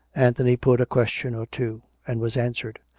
anthony put a question or two, and was answered.